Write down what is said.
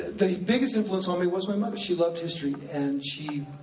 the biggest influence on me was my mother. she loved history and she,